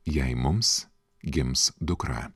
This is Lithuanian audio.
jei mums gims dukra